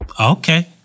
Okay